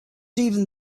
even